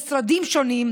מוחלטת בין משרדים שונים,